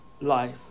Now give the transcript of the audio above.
life